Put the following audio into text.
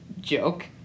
joke